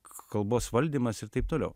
kalbos valdymas ir taip toliau